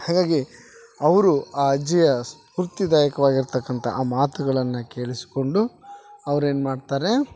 ಹಾಗಾಗಿ ಅವರು ಆ ಅಜ್ಜಿಯ ಸ್ಫೂರ್ತಿದಾಯಕವಾಗಿರ್ತಕ್ಕಂಥ ಆ ಮಾತುಗಳನ್ನ ಕೇಳಿಸ್ಕೊಂಡು ಅವ್ರೇನು ಮಾಡ್ತರೆ